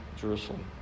Jerusalem